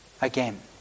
again